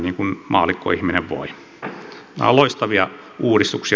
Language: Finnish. nämä ovat loistavia uudistuksia